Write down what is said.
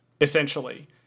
Essentially